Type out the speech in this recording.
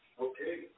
Okay